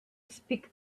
speak